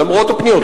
למרות הפניות,